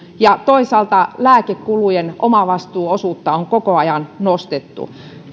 ja toisaalta lääkekulujen omavastuuosuutta on koko ajan nostettu